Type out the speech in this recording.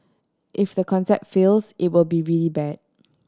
if the concept fails it will be really bad